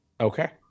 Okay